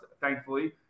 thankfully